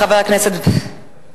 משרד החינוך צריך לדאוג ב-100% לחינוך,